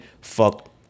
fuck